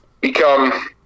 become